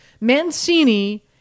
Mancini